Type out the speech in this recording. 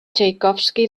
txaikovski